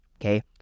okay